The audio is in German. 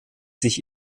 sich